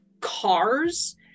cars